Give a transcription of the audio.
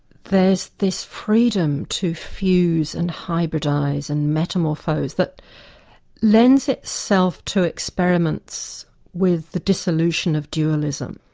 there's this freedom to fuse and hybridise and metamorphose, that lends itself to experiments with the dissolution of dualism.